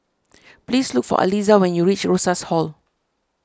please look for Aliza when you reach Rosas Hall